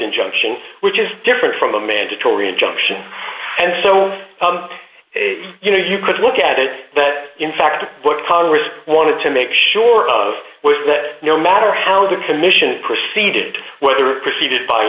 injunction which is different from a mandatory injunction and so you know you could look at it that in fact what congress wanted to make sure of was that no matter how the commission proceeded whether preceded by